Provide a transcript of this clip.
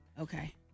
Okay